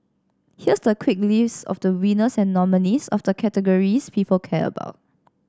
here's the quick list of the winners and nominees of the categories people care about